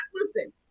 listen